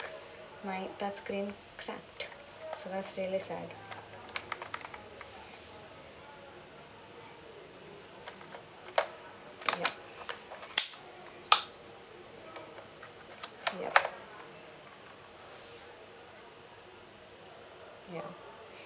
my touch screen cracked so that's really sad yup yup ya